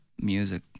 music